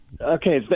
Okay